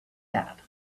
that